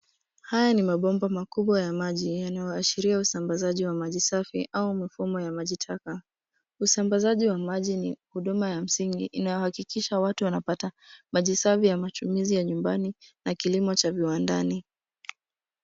Haya ni mabomba makubwa ya maji yanayoashiria usambazaji wa maji safi au mifumo ya maji taka, usambazaji wa maji ni huduma ya msingi inayohakikisha watu wanapata maji safi ya matumizi ya nyumbani na kilimo cha viwandani.